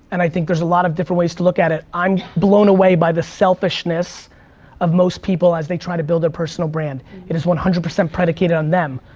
and i think there's a lot of different ways to look at it. i'm blown away by the selfishness of most people as they try to build their personal brand. it is one hundred percent predicated on them,